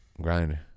grinder